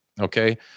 okay